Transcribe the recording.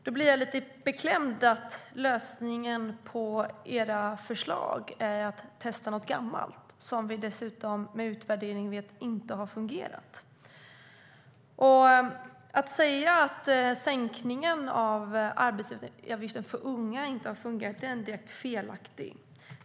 Då blir jag lite beklämd av att lösningen i era förslag är att testa något gammalt, som vi efter utvärdering dessutom vet inte har fungerat. Att säga att sänkningen av arbetsgivaravgiften för unga inte har fungerat är direkt felaktigt.